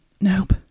Nope